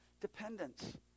dependence